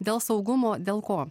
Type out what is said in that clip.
dėl saugumo dėl ko